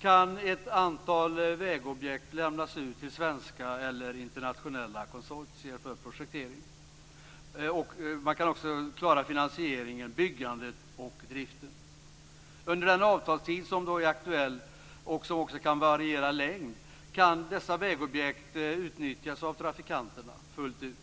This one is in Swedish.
kan ett antal vägobjekt lämnas ut till svenska eller internationella konsortier för projektering, finansiering, byggande och drift. Under den aktuella avtalstiden, vars längd kan variera, kan vägobjekten utnyttjas av trafikanterna fullt ut.